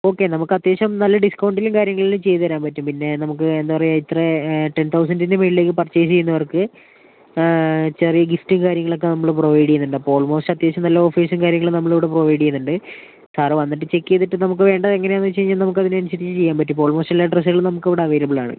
okay നമുക്ക് അത്യാവശ്യം നല്ല ഡിസ്കൗണ്ടിലും കാര്യങ്ങളിലും ചെയ്തുതരാന് പറ്റും പിന്നെ നമുക്ക് എന്താണ് പറയുക ഇത്ര ടെന് തൗസന്റിൻ്റെ മുകളിലേക്ക് പർചൈസ് ചെയ്യുന്നവര്ക്ക് ചെറിയ ഗിഫ്റ്റും കാര്യങ്ങളൊക്കെ നമ്മൾ പ്രൊവൈഡ് ചെയ്യുന്നുണ്ട് അപ്പോൾ ഓള്മോസ്റ്റ് അത്യാവശ്യം നല്ല ഓഫേർസും കാര്യങ്ങളും നമ്മളിവിടെ പ്രൊവൈഡ് ചെയ്യുന്നുണ്ട് സാര് വന്നിട്ട് ചെക്ക് ചെയ്തിട്ട് നമുക്ക് വേണ്ടത് എങ്ങനെയാണെന്ന് വെച്ച് കഴിഞ്ഞാൽ നമുക്ക് അതിനനുസരിച്ച് ചെയ്യാന് പറ്റും ഇപ്പോൾ ഓള്മോസ്റ്റ് എല്ലാ ഡ്രസ്സുകളും നമുക്ക് ഇവിടെ അവൈലബിള് ആണ്